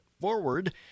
forward